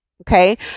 Okay